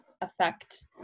affect